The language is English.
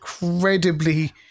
incredibly